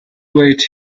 wait